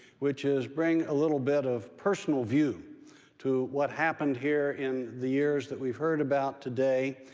which is bring a little bit of personal view to what happened here in the years that we've heard about today,